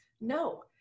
No